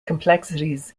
complexities